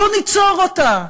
בואו ניצור אותה.